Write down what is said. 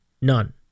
None